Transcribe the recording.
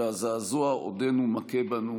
והזעזוע עודנו מכה בנו